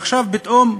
ועכשיו פתאום,